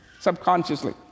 subconsciously